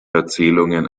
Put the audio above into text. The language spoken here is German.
erzählungen